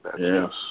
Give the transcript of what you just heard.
Yes